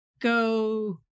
go